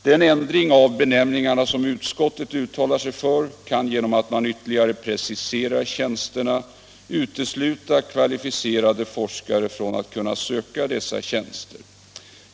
Den ändring av benämningarna som utskottet uttalar sig för kan, genom att man ytterligare preciserar tjänsterna, utesluta kvalficerade forskare från att kunna söka dessa tjänster.